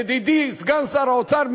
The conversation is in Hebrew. ידידי סגן שר האוצר,